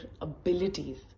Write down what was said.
abilities